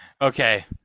Okay